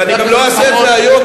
ואני גם לא אעשה את זה היום.